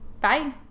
Bye